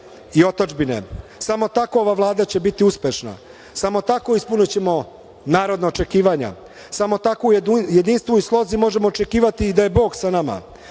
i otadžbine. Samo tako ova Vlada će biti uspešna, samo tako ispunićemo narodna očekivanja. Samo u takvom jedinstvu i slozi možemo očekivati i da je i Bog sa nama. Ovo